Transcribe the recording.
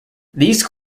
these